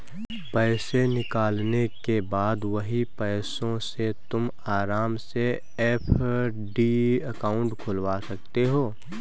पैसे निकालने के बाद वही पैसों से तुम आराम से एफ.डी अकाउंट खुलवा सकते हो